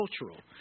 cultural